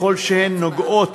ככל שהן נוגעות